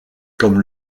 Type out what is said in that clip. comme